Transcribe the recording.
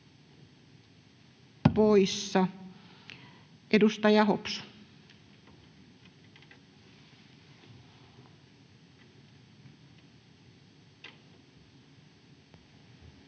poissa. Edustaja Hopsu.